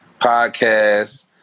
podcast